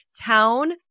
town